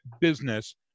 business